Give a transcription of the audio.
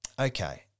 okay